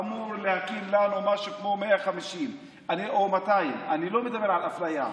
אמורים להקים לנו משהו כמו 150 או 200. אני לא מדבר על אפליה,